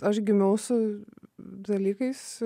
aš gimiau su dalykais